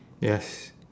yes